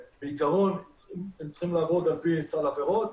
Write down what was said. בעיקרון הם צריכים לעבוד על פי סל עבירות,